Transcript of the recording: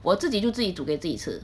我自己就自己煮给自己吃